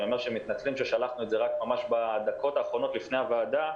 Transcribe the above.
אנחנו מתנצלים ששלחנו את זה רק ממש בדקות האחרונות לוועדה,